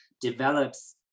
develops